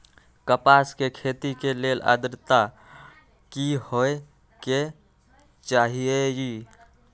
कपास के खेती के लेल अद्रता की होए के चहिऐई?